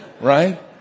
Right